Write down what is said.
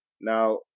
Now